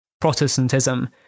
Protestantism